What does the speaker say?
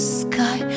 sky